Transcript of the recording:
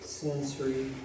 Sensory